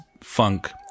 Funk